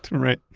right.